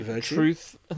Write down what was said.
truth